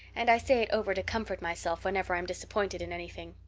and i say it over to comfort myself whenever i'm disappointed in anything.